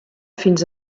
fins